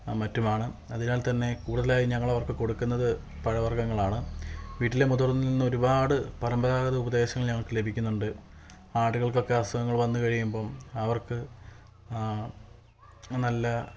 മറ്റുമാണ് അതിനാൽത്തന്നെ കൂടുതലായും ഞങ്ങള് അവർക്ക് കൊടുക്കുന്നത് പഴവർഗങ്ങൾ ആണ് വീട്ടിലെ മുതിർന്ന ഒരുപാട് പരമ്പരാഗത ഉപദേശങ്ങള് ഞങ്ങൾക്ക് ലഭിക്കുന്നുണ്ട് ആടുകൾക്കൊക്കെ അസുഖങ്ങള് വന്നു കഴിയുമ്പം അവർക്ക് നല്ല